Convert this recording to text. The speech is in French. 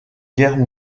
guerre